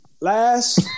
last